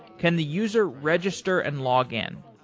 can the user register and log in?